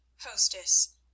Hostess